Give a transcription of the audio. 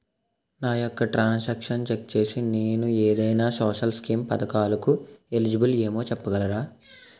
నా యెక్క ట్రాన్స్ ఆక్షన్లను చెక్ చేసి నేను ఏదైనా సోషల్ స్కీం పథకాలు కు ఎలిజిబుల్ ఏమో చెప్పగలరా?